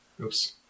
Oops